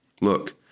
Look